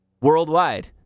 worldwide